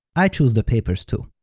i choose the papers too.